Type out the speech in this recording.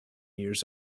years